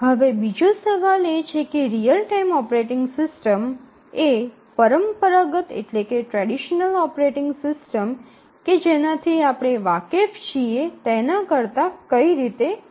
હવે બીજો સવાલ એ છે કે રીઅલ ટાઇમ ઓપરેટિંગ સિસ્ટમ એ પરંપરાગત ઓપરેટિંગ સિસ્ટમ કે જેના થી આપણે વાકેફ છીએ તેના કરતાં અલગ કઈ રીતે છે